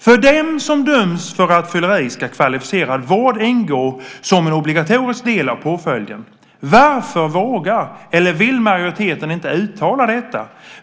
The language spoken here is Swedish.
För dem som döms för rattfylleri ska kvalificerad vård ingå som en obligatorisk del av påföljden. Varför vågar eller vill majoriteten inte uttala detta?